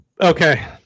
Okay